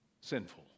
sinful